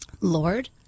Lord